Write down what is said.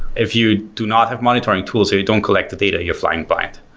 if you do not have monitoring tools, or you don't collect the data, you're flying by it.